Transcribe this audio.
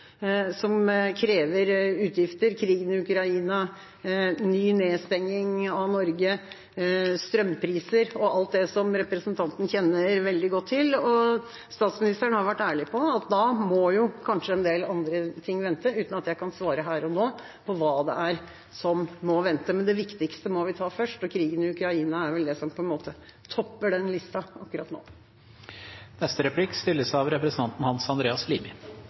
som krever utgifter: krigen i Ukraina, ny nedstenging av Norge, strømpriser og alt det som representanten kjenner veldig godt til. Statsministeren har vært ærlig på at da må kanskje en del andre ting vente, uten at jeg kan svare her og nå på hva det er som må vente. Men det viktigste må vi ta først, og krigen i Ukraina er vel det som topper den lista akkurat nå.